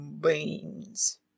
beans